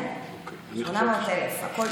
הבנתי.